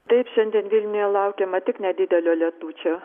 taip šiandien vilniuje laukiama tik nedidelio lietučio